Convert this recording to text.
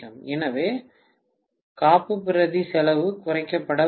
எனவே காப்புப்பிரதி செலவு குறைக்கப்பட உள்ளது